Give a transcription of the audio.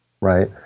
right